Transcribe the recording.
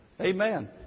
Amen